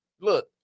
Look